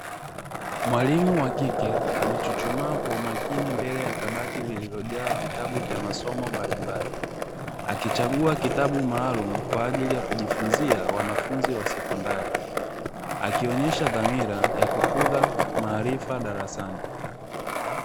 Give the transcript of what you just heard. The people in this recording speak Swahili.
Mwalimu wa kike amechuchumaa kwa umakini mbele ya kabati lililojaa vitabu vya masomo mbalimbali, akichagua kitabu maalumu kwa ajili ya kujifunzia wanafunzi wa sekondari, akionyesha dhamira ya kukuza maarifa darasani.